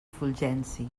fulgenci